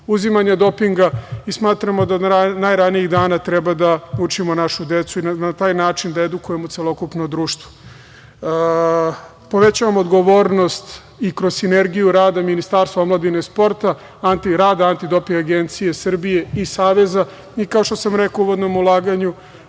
uzimanja dopinga. Smatramo da od najranijih dana treba da učimo našu decu i na taj način da edukujemo celokupno društvo. Povećavamo odgovornost i kroz sinergiju rada Ministarstva omladine i sporta i rada Anti doping agencije Srbije i Saveza. Kao što sam rekao u uvodnom izlaganju,